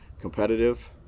competitive